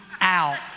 out